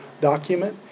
document